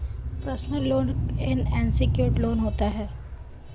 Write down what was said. personal loan एक unsecured loan होता है